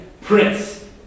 prince